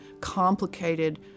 complicated